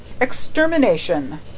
Extermination